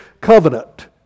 covenant